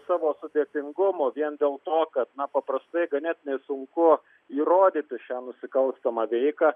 savo sudėtingumu vien dėl to kad na paprastai ganėtinai sunku įrodyti šią nusikalstamą veiką